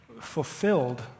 fulfilled